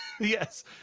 Yes